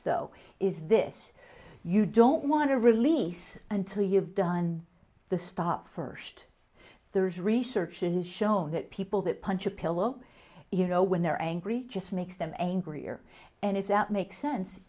though is this you don't want to release until you've done the stuff first there's research and shown that people that punch a pillow you know when they're angry just makes them angrier and if that makes sense